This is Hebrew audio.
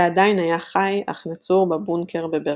שעדיין היה חי, אך נצור בבונקר בברלין.